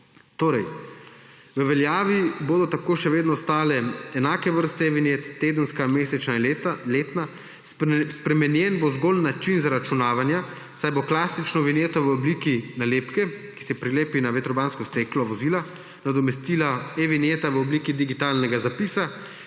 nesrečam. V veljavi bodo tako še vedno ostale enake vrste vinjet: tedenska, mesečna in letna. Spremenjen bo zgolj način zaračunavanja, saj bo klasično vinjeto v obliki nalepke, ki se prilepi na vetrobransko steklo vozila, nadomestila e-vinjeta v obliki digitalnega zapisa,